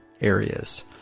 areas